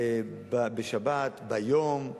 בשבת, ביום,